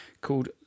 called